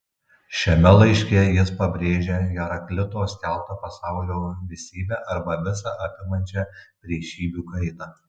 šiame laiške jis pabrėžia heraklito skelbtą pasaulio visybę arba visą apimančią priešybių kaitą